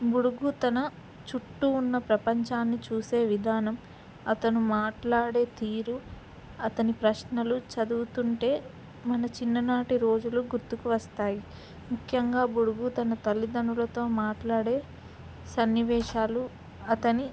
బుడుగు తన చుట్టూ ఉన్న ప్రపంచాన్ని చూసే విధానం అతను మాట్లాడే తీరు అతని ప్రశ్నలు చదువుతుంటే మన చిన్ననాటి రోజులు గుర్తుకు వస్తాయి ముఖ్యంగా బుడుగు తన తల్లిదండ్రులతో మాట్లాడే సన్నివేశాలు అతని